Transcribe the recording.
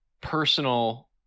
personal